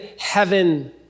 heaven